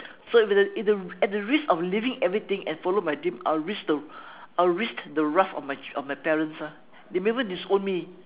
so it will the at at the risk of leaving everything and follow my dream I will risk the I'll risk the wrath of my of my parents ah they might even disown me